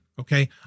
Okay